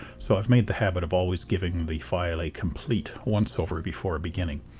so i've made the habit of always giving the file a complete once-over before beginning.